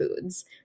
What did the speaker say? foods